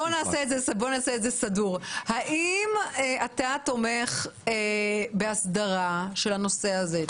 בוא נעשה את זה בצורה מסודרת: האם אתה תומך בהסדרה של הנושא הזה?